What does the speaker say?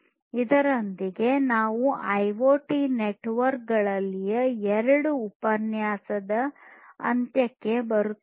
ಇದರೊಂದಿಗೆ ನಾವು IoT network ಗಳಲ್ಲಿನ ಎರಡೂ ಉಪನ್ಯಾಸಗಳ ಅಂತ್ಯಕ್ಕೆ ಬರುತ್ತೇವೆ